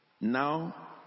now